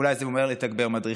אולי זה אומר לתגבר מדריכים,